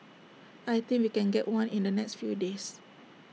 I think we can get one in the next few days